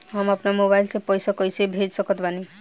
हम अपना मोबाइल से पैसा कैसे भेज सकत बानी?